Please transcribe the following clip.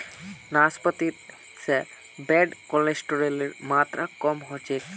नाश्पाती से bad cholesterol मात्र कम होचे